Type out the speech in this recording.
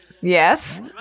Yes